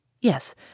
Yes